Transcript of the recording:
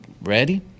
ready